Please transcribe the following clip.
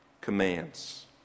commands